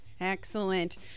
Excellent